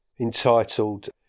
entitled